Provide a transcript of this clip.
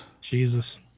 Jesus